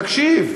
תקשיב,